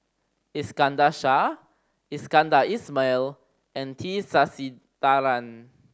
Iskandar Shah Iskandar Ismail and T Sasitharan